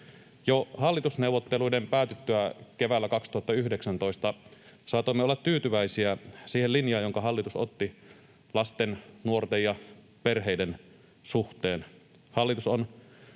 Jo hallitusneuvotteluiden päätyttyä keväällä 2019 saatoimme olla tyytyväisiä siihen linjaan, jonka hallitus otti lasten, nuorten ja perheiden suhteen. Hallitus on